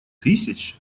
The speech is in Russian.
тысяч